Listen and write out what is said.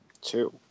Two